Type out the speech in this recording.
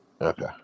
Okay